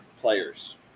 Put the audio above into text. players